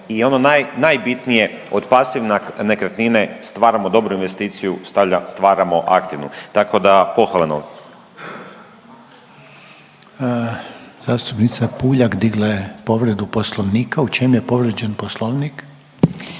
naj, najbitnije od pasivne nekretnine stvaramo dobru investiciju, stvaramo aktivnu. Tako da pohvalno. **Reiner, Željko (HDZ)** Zastupnica Puljak digla je povredu Poslovnika. U čemu je povrijeđen Poslovnik?